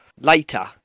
Later